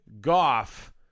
Goff